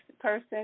person